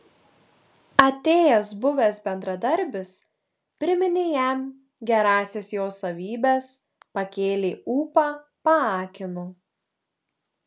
atėjęs buvęs bendradarbis priminė jam gerąsias jo savybes pakėlė ūpą paakino